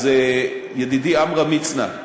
אז, ידידי עמרם מצנע,